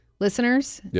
Listeners